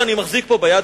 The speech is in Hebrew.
שאני מחזיק פה ביד,